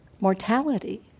mortality